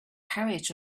carriage